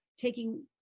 taking